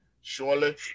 Surely